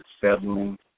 settling